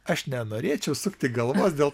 aš nenorėčiau sukti galvos dėl